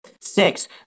Six